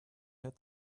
had